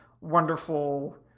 wonderful